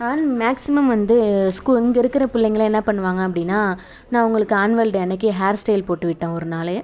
ஆனால் மேக்சிமம் வந்து ஸ்கூ இங்கே இருக்கிற பிள்ளைங்கெளாம் என்ன பண்ணுவாங்க அப்படின்னா நான் அவங்களுக்கு ஆன்வல் டே அன்னைக்கு ஹேர் ஸ்டைல் போட்டு விட்டேன் ஒரு நாள்